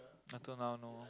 until now no